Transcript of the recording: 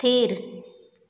ᱛᱷᱤᱨ